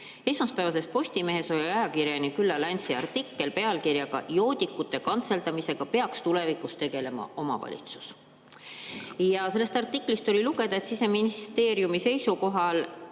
Esmaspäevases Postimehes oli ajakirjanik Ulla Läntsi artikkel pealkirjaga "Joodikute kantseldamisega peaks tulevikus tegelema omavalitsus". Sellest artiklist oli lugeda, et Siseministeeriumi seisukohalt